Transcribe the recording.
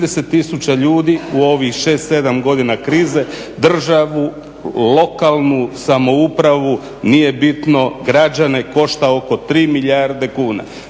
30 000 ljudi u ovih 6-7 godina krize državu, lokalnu samoupravu, nije bitno, građane košta oko 3 milijarde kuna.